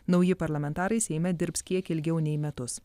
nauji parlamentarai seime dirbs kiek ilgiau nei metus